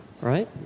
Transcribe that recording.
Right